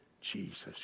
Jesus